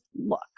look